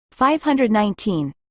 519